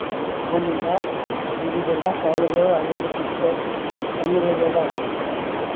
ಫೋನಿಂದ ಇಲ್ದಿದೆಲ್ಲ ಕಾಯಿಲೆಗಳು ಅದು ಇದು ಬರುತ್ತೆ ಕಣ್ಣುಗಳಿಗೆಲ್ಲ ಎಫೆಕ್ಟ್ ಆಗುತ್ತೆ